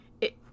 it-